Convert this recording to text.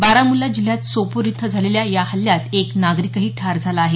बारामुल्ला जिल्ह्यात सोपोर इथं झालेल्या या हल्ल्यात एक नागरिकही ठार झाला आहे